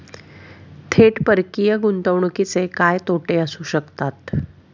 थेट परकीय गुंतवणुकीचे काय तोटे असू शकतात?